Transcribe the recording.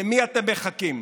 למי אתם מחכים?